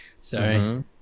Sorry